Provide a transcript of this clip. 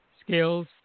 skills